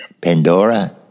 Pandora